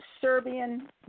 Serbian